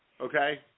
Okay